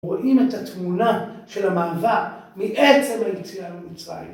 ‫רואים את התמונה של המעבר ‫מעצם היציאה למצרים.